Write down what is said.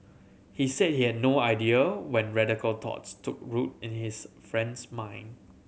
he said he had no idea when radical thoughts took root in his friend's mind